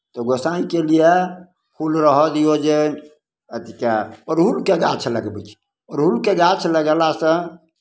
तऽ गोसाँइके लिए फूल रहय दियौ जे अथीके उड़हुलके गाछ लगबै छी उड़हुलके गाछ लगयलासँ